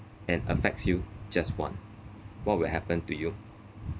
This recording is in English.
and affects you just one what will happen to you